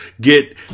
get